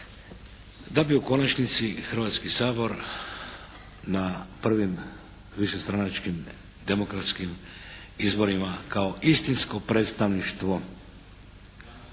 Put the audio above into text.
da bi u konačnici Hrvatski sabor na prvim višestranačkim demokratskim izborima kao istinsko predstavništvo